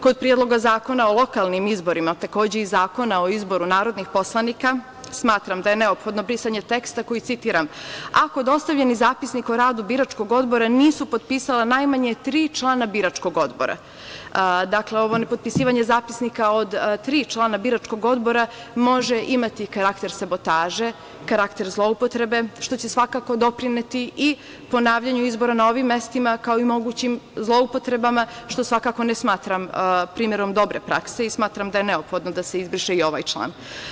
Kod Predloga zakona o lokalnim izborima, takođe i Zakona o izboru narodnih poslanika, smatram da je neophodno brisanje teksta, citiram – ako dostavljeni zapisnik o radu biračkog odbora nisu potpisala najmanje tri člana biračkog odbora. dakle, ovo ne potpisivanje zapisnika od tri člana biračkog odbora može imati karakter sabotaže, karakter zloupotrebe, što će svakako doprineti i ponavljanju izbora na ovim mestima, kao i mogućim zloupotrebama, što svakako ne smatram primerom dobre prakse i smatram da je neophodno da se izbriše i ovaj član.